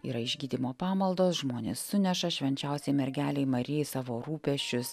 yra išgydymo pamaldos žmonės suneša švenčiausiai mergelei marijai savo rūpesčius